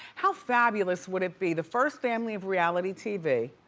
how fabulous would it be? the first family of reality tv